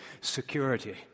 security